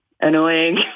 annoying